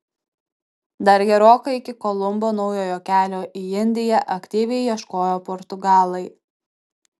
dar gerokai iki kolumbo naujojo kelio į indiją aktyviai ieškojo portugalai